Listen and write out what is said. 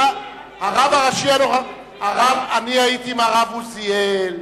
אני הייתי עם הרב עוזיאל,